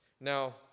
Now